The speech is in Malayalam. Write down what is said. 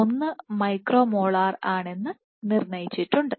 1 മൈക്രോ മോളാർ ആണെന്ന് നിർണയിച്ചിട്ടുണ്ട്